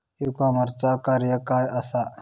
E कॉमर्सचा कार्य काय असा?